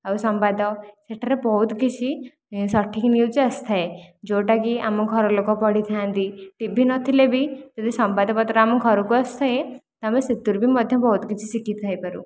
ଆଉ ସମ୍ବାଦ ସେଠାରେ ବହୁତ କିଛି ସଠିକ ନ୍ୟୁଜ ଆସିଥାଏ ଯେଉଁଟା କି ଆମ ଘର ଲୋକ ପଢ଼ିଥାନ୍ତି ଟିଭି ନଥିଲେ ବି ଯଦି ସମ୍ବାଦ ପତ୍ର ଆମ ଘରକୁ ଆସିଥାଏ ଆମେ ସେଥିରୁ ବି ମଧ୍ୟ ବହୁତ କିଛି ଶିଖିଥାଇପାରୁ